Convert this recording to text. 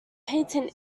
patent